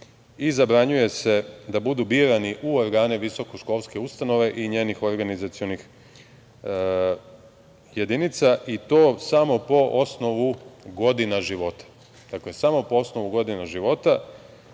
i zabranjuje se da budu birani u organe visokoškolske ustanove i njenih organizacionih jedinica, i to samo po osnovu godina života.